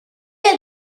has